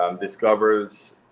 discovers